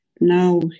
now